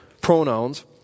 pronouns